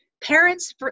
parents